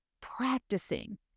practicing